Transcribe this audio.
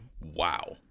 Wow